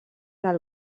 del